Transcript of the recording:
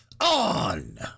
On